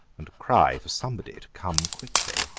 and a cry for somebody to come quickly.